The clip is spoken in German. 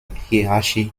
hierarchie